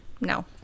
No